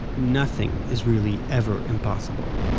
nothing is really ever impossible.